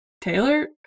Taylor